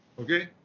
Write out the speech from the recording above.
Okay